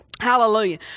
Hallelujah